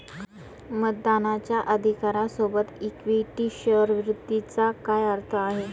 मतदानाच्या अधिकारा सोबत इक्विटी शेअर वित्ताचा काय अर्थ आहे?